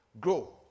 grow